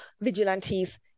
vigilantes